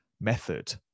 method